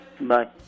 Bye